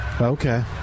Okay